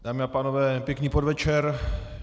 Dámy a pánové, pěkný podvečer.